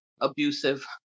abusive